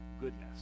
goodness